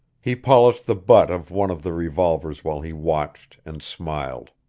he polished the butt of one of the revolvers while he watched and smiled.